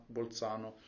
Bolzano